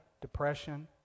depression